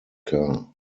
car